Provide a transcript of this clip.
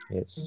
Yes